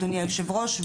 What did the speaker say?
אדוני היושב-ראש,